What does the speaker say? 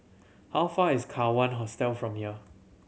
how far is Kawan Hostel from here